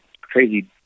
crazy